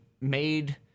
made